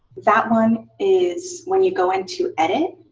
that one is when you go into edit,